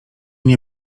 nie